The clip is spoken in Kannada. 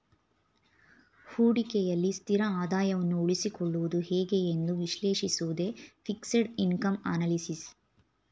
ಹೂಡಿಕೆಯಲ್ಲಿ ಸ್ಥಿರ ಆದಾಯವನ್ನು ಉಳಿಸಿಕೊಳ್ಳುವುದು ಹೇಗೆ ಎಂದು ವಿಶ್ಲೇಷಿಸುವುದೇ ಫಿಕ್ಸೆಡ್ ಇನ್ಕಮ್ ಅನಲಿಸಿಸ್